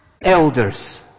elders